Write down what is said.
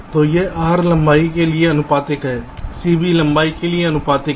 तो यह R लंबाई के लिए आनुपातिक है C भी लंबाई के लिए आनुपातिक है